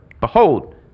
behold